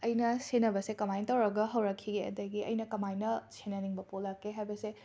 ꯑꯩꯅ ꯁꯦꯟꯅꯕꯁꯦ ꯀꯃꯥꯏꯅ ꯇꯧꯔꯒ ꯍꯧꯔꯛꯈꯤꯒꯦ ꯑꯗꯒꯤ ꯑꯩꯅ ꯀꯃꯥꯏꯅ ꯁꯦꯟꯅꯅꯤꯡꯕ ꯄꯣꯛꯂꯛꯀꯦ ꯍꯥꯏꯕꯁꯦ